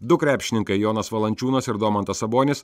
du krepšininkai jonas valančiūnas ir domantas sabonis